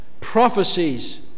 prophecies